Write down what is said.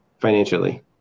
financially